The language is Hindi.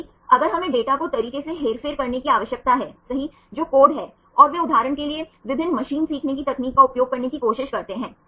तो अगर हम अवशेषों की व्यवस्था और परमाणुओं की व्यवस्था को देखते हैं